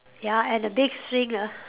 ya and a big swing ah